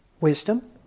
wisdom